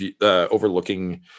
overlooking